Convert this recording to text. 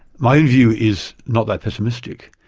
my own view is not that pessimistic.